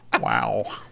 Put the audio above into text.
Wow